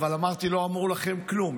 אבל אמרתי: לא אמרו לכם כלום,